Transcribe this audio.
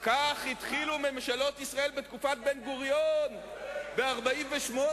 כך התחילו ממשלות ישראל בתקופת בן-גוריון, ב-1948.